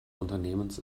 unternehmens